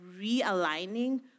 realigning